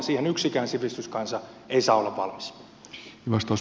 siihen yksikään sivistyskansa ei saa olla valmis